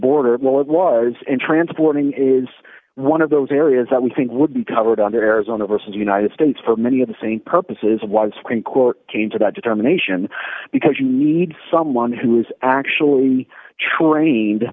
border well it was in transporting is one of those areas that we think would be covered under arizona versus united states for many of the same purposes was supreme court came to the determination because you need someone who is actually trained